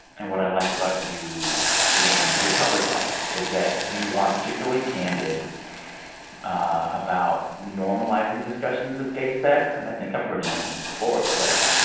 and what i like about you in your public life, is that you are particularly candid ah about normalizing discussions of gay sex. and think i've heard you mention this before, but, like,